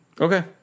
Okay